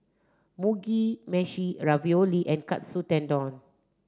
Mugi Meshi Ravioli and Katsu Tendon